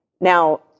Now